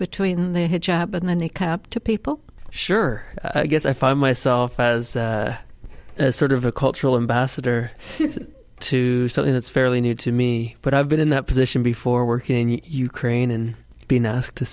between they had job and then they kept to people sure i guess i find myself as sort of a cultural ambassador to something that's fairly new to me but i've been in that position before working in ukraine and being asked to